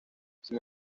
sin